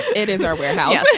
it is our warehouse.